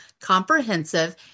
comprehensive